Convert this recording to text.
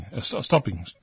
stopping